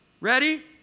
Ready